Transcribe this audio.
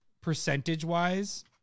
percentage-wise